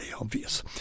obvious